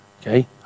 Okay